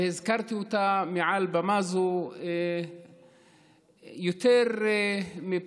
והזכרתי אותה מעל במה זו יותר מפעם,